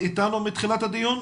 מתחילת הדיון?